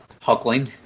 Huckling